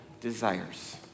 desires